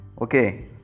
okay